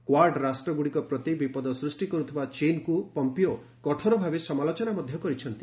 Quad ରାଷ୍ଟ୍ରଗୁଡିକ ପ୍ରତି ବିପଦ ସୃଷ୍ଟି କରୁଥିବା ଚୀନ୍କୁ ପମ୍ପିଓ କଠୋରଭାବେ ସମାଲୋଚନା କରିଚ୍ଛନ୍ତି